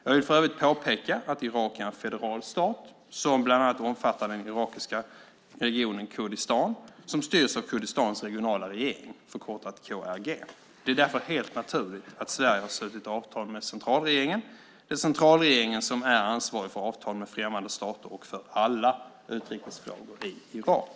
Jag vill för övrigt påpeka att Irak är en federal stat som bland annat omfattar den irakiska regionen Kurdistan, som styrs av Kurdistans regionala regering, KRG. Det är därför helt naturligt att Sverige har slutit avtal med centralregeringen. Det är centralregeringen som är ansvarig för avtal med främmande stater och för alla utrikesfrågor i Irak.